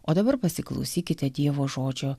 o dabar pasiklausykite dievo žodžio